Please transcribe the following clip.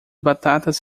batatas